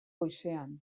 goizean